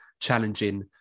challenging